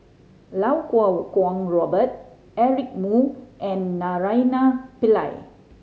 Iau Kuo Kwong Robert Eric Moo and Naraina Pillai